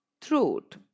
throat